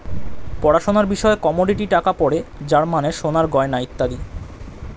পড়াশোনার বিষয়ে কমোডিটি টাকা পড়ে যার মানে সোনার গয়না ইত্যাদি